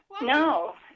No